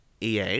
EA